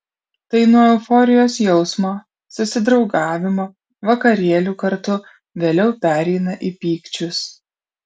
tai nuo euforijos jausmo susidraugavimo vakarėlių kartu vėliau pereina į pykčius